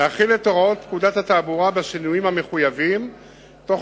להחיל את הוראות פקודת התעבורה בשינויים המחויבים תוך